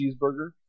cheeseburger